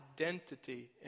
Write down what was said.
identity